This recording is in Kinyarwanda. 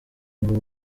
ngo